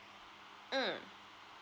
mm